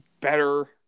better